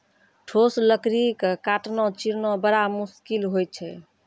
ठोस लकड़ी क काटना, चीरना बड़ा मुसकिल होय छै